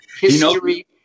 History